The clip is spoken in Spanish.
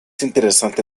interesante